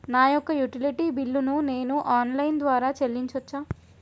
నా యొక్క utility bill ను నేను ఆన్ లైన్ ద్వారా చెల్లించొచ్చా?